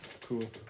cool